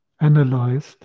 analyzed